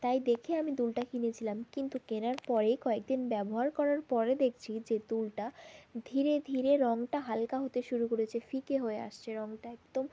তাই দেখে আমি দুলটা কিনেছিলাম কিন্তু কেনার পরেই কয়েক দিন ব্যবহার করার পরে দেখছি যে দুলটা ধীরে ধীরে রংটা হালকা হতে শুরু করেছে ফিকে হয়ে আসছে রংটা একদম